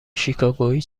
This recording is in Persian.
شیکاگویی